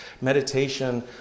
Meditation